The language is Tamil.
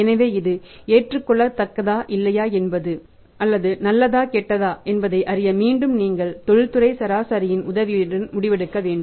எனவே இது ஏற்றுக்கொள்ளத்தக்கதா இல்லையா என்பது அல்லது நல்லதா அல்லது கெட்டதா என்பதை அறிய மீண்டும் நீங்கள் தொழில்துறை சராசரியின் உதவியுடன் முடிவெடுக்க வேண்டும்